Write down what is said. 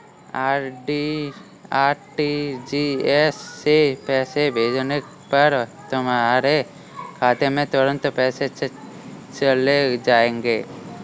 RTGS से पैसे भेजने पर तुम्हारे खाते में तुरंत पैसे चले जाएंगे